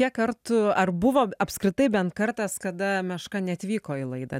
kiek kartų ar buvo apskritai bent kartas kada meška neatvyko į laidą